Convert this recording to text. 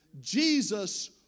Jesus